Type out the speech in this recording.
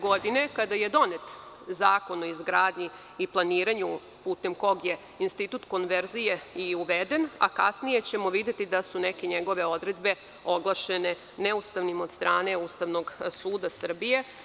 Godine 2009. kada je donet Zakon o izgradnji i planiranju putem kog je institut konverzije i uveden, a kasnije ćemo videti da su neke njegove odredbe oglašene neustavnim od strane Ustavnog suda Srbije.